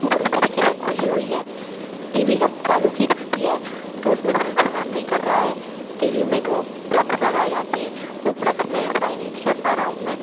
बुरी तरीक़े से खुली हुई है टी वी जब चालू की जाती है तो उसमें सेंसर काम नहीं कर रहा है टी वी में जो प्लक्स लगाए जाते हैं उन प्लक्स में अप्लाई नहीं कर पा रहा हूँ मैं